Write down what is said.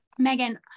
Megan